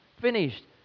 finished